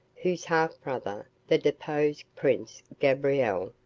whose half brother, the deposed prince gabriel,